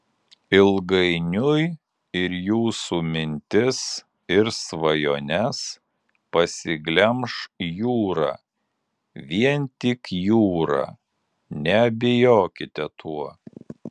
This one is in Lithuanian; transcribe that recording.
ilgainiui ir jūsų mintis ir svajones pasiglemš jūra vien tik jūra neabejokite tuo